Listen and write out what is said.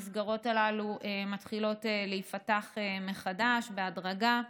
המסגרות הללו מתחילות להיפתח מחדש בהדרגה.